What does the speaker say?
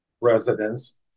residents